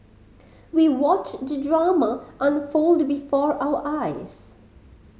we watched the drama unfold before our eyes